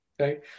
Right